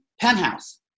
penthouse